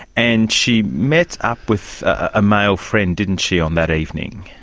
and she met up with a male friend, didn't she, on that evening.